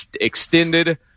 extended